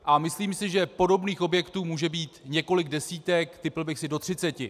A myslím si, že podobných objektů může být několik desítek, tipl bych si do třiceti.